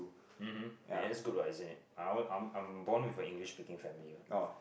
um hmm then that's good what isn't it I'm I'm born with a English speaking family what